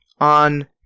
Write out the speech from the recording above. on